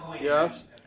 Yes